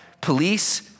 Police